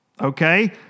okay